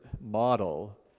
model